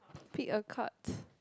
pick a cart